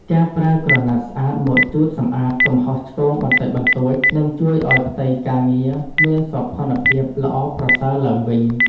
ការប្រើក្រណាត់ស្អាតមកជូតសម្អាតកំហុសឆ្គងបន្តិចបន្តួច និង ជួយឱ្យផ្ទៃការងារមានសោភ័ណភាពល្អប្រសើរឡើងវិញ។